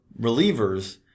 relievers